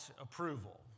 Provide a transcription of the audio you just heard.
approval